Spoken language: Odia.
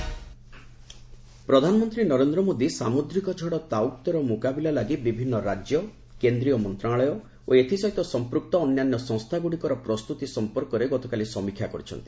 ପିଏମ୍ ସାଇକ୍ଲୋନ୍ ପ୍ରଧାନମନ୍ତ୍ରୀ ନରେନ୍ଦ୍ର ମୋଦି ସାମୁଦ୍ରିକ ଝଡ଼ ତାଉକ୍ତେର ମୁକାବିଲା ଲାଗି ବିଭିନ୍ନ ରାଜ୍ୟ କେନ୍ଦ୍ରୀୟ ମନ୍ତ୍ରଣାଳୟ ଓ ଏଥି ସହିତ ସମ୍ପୁକ୍ତ ଅନ୍ୟାନ୍ୟ ସଂସ୍ଥାଗୁଡ଼ିକର ପ୍ରସ୍ତୁତି ସମ୍ପର୍କରେ ଗତକାଲି ସମୀକ୍ଷା କରିଛନ୍ତି